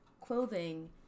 clothing